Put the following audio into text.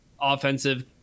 Offensive